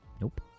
Nope